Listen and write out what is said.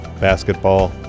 basketball